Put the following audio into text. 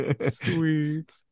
Sweet